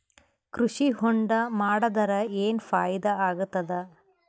ಕೃಷಿ ಹೊಂಡಾ ಮಾಡದರ ಏನ್ ಫಾಯಿದಾ ಆಗತದ?